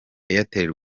airtel